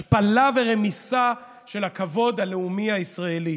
השפלה ורמיסה של הכבוד הלאומי הישראלי.